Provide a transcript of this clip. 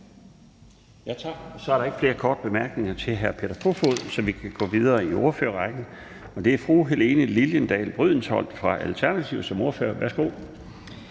Tak. Så er der ikke flere korte bemærkninger til hr. Peter Kofod, så vi kan gå videre i ordførerrækken, og det er fru Helene Liliendahl Brydensholt fra Alternativet som ordfører. Værsgo.